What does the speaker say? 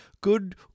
Good